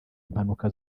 impanuka